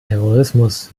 terrorismus